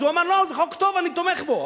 אז הוא אמר, לא, זה חוק טוב, אני תומך בו.